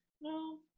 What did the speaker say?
no